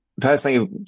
personally